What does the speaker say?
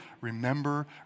remember